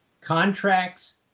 contracts